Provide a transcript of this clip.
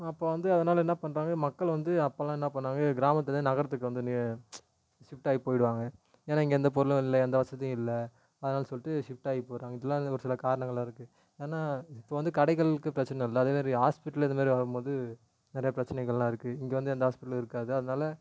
அப்போது வந்து அதனால் என்ன பண்ணுறாங்க மக்கள் வந்து அப்போலாம் என்ன பண்ணுவாங்க இது கிராமத்துலேருந்து நகரத்துக்கு வந்து எ ஷிஃப்ட்டாகி போய்டுவாங்க ஏன்னா இங்கே எந்த பொருளும் இல்லை எந்த வசதியும் இல்லை அதனால் சொல்லிட்டு ஷிஃப்ட்டாகி போகிறாங்க இல்லாம ஒரு சில காரணங்கள் இருக்குது ஆனால் இப்போ வந்து கடைகளுக்கு பிரச்சனை இல்லை அதே மாரி ஹாஸ்பிட்டல் இது மாரி வரும் போது நிறைய பிரச்சனைகள்லாம் இருக்குது இங்கே வந்து எந்த ஹாஸ்பிட்டலும் இருக்காது அதனால